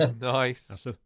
Nice